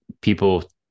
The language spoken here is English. people